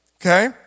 Okay